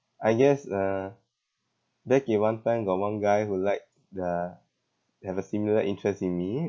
I guess uh back in one time got one guy who liked uh have a similar interest with me